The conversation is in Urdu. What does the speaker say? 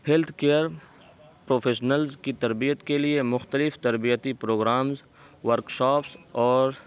ہیلتھ کیئر پروفیشنلز کی تربیت کے لیے مخلتف تربیتی پروگرامز ورک شاپز اور